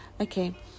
Okay